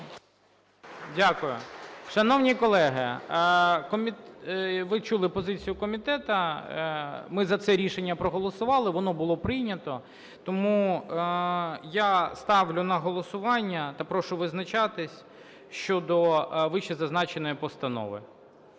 Дякую. Шановні колеги, ви чули позицію комітету, ми за це рішення проголосували, воно було прийнято. Тому я ставлю на голосування та прошу визначатися щодо вищезазначеної постанови.